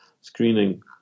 screening